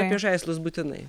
apie žaislus būtinai